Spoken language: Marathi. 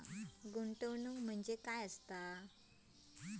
गुंतवणूक म्हटल्या काय?